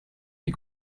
des